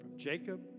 Jacob